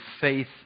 faith